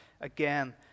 Again